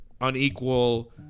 unequal